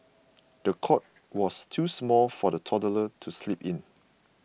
the cot was too small for the toddler to sleep in